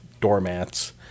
doormats